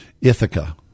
Ithaca